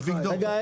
אביגדור --- רגע,